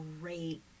great